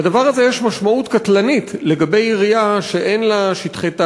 לדבר הזה יש משמעות קטלנית לגבי עירייה שאין לה שטחי תעשייה,